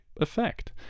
effect